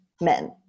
men